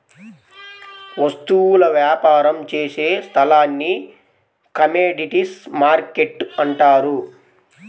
వస్తువుల వ్యాపారం చేసే స్థలాన్ని కమోడీటీస్ మార్కెట్టు అంటారు